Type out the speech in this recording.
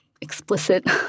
explicit